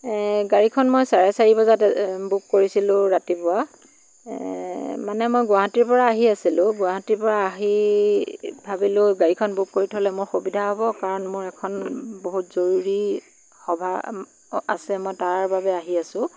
এ গাড়ীখন মই চাৰে চাৰি বজাত বুক কৰিছিলোঁ ৰাতিপুৱা মানে মই গুৱাহাটীৰ পৰা আহি আছিলোঁ গুৱাহাটীৰ পৰা আহি ভাবিলোঁ গাড়ীখন বুক কৰি থ'লে মোৰ সুবিধা হ'ব কাৰণ মই এখন বহুত জৰুৰী সভা আছে মই তাৰ বাবে আহি আছোঁ